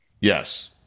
Yes